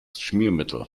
schmiermittel